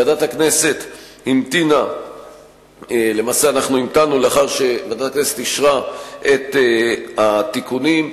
ועדת הכנסת המתינה אחרי שהיא אישרה את התיקונים,